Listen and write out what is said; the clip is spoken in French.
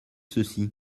ceci